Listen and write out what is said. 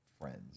friends